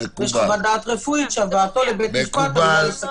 יש חוות דעת רפואית שהבאתו לבית משפט עלולה לסכן.